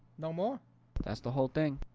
no more that's the whole thing.